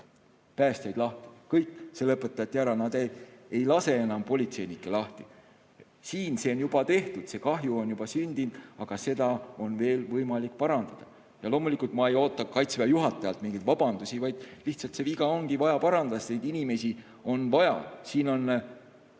päästjaid lahti. Kõik see lõpetati ära, nad ei lase enam politseinikke lahti. See [viga] on juba tehtud, see kahju on juba sündinud, aga seda on veel võimalik parandada. Ja loomulikult ma ei oota Kaitseväe juhatajalt mingeid vabandusi. Lihtsalt see viga on vaja parandada, sest neid inimesi on vaja. Aga on